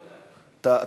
כן, ודאי.